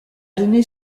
donné